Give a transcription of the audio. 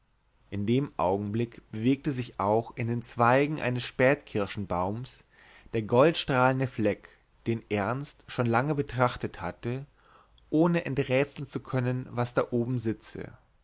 in dem augenblick bewegte sich auch in den zweigen eines spätkirschenbaums der goldstrahlende fleck den ernst schon lange betrachtet hatte ohne enträtseln zu können was da oben sitze